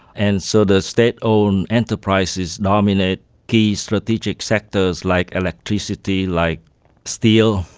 and so the state own enterprises, dominate key strategic sectors like electricity, like steel,